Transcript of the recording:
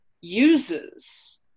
uses